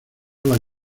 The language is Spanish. las